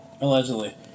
Allegedly